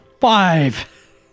Five